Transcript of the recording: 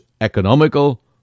economical